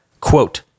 Quote